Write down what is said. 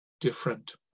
different